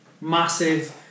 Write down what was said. Massive